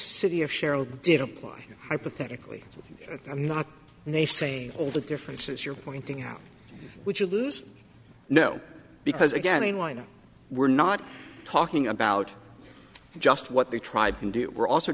city of sheryl did apply hypothetically i'm not and they say all the differences you're pointing out which you lose no because again in line we're not talking about just what the tribe can do we're also